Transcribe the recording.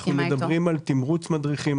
אנחנו מדברים על תמרוץ מדריכים,